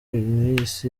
illinois